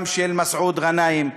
גם של מסעוד גנאים.